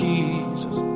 Jesus